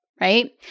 right